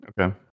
okay